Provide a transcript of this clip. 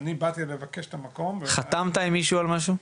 אני באתי לבקש את המקום --- חתמת עם מישהו על משהו?